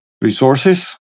resources